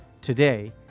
Today